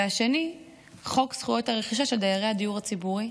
והשני חוק זכויות הרכישה של דיירי הדיור הציבורי,